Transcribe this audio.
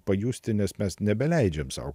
pajusti nes mes nebeleidžiam sau